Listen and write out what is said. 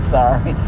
sorry